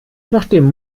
nachdem